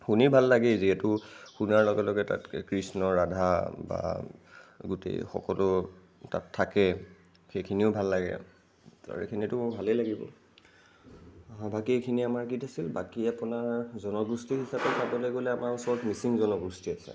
শুনি ভাল লাগেই যিহেতু শুনাৰ লগে লগে তাত কৃষ্ণৰাধা বা গোটেই সকলো তাত থাকে সেইখিনিও ভাল লাগে এইখিনিটো মোৰ ভালেই লাগিব বাকী এইখিনি আমাৰ গীত আছে বাকী আপোনাৰ জনগোষ্ঠী হিচাপে চাবলৈ গ'লে আমাৰ সব মিচিং জনগোষ্ঠী আছে